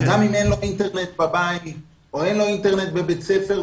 גם אם אין לו אינטרנט בבית או אין לו אינטרנט בבית ספר,